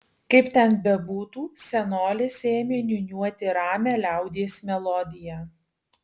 kaip ten bebūtų senolis ėmė niūniuoti ramią liaudies melodiją